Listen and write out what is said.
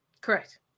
Correct